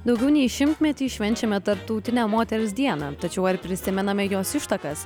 daugiau nei šimtmetį švenčiame tarptautinę moters dieną tačiau ar prisimename jos ištakas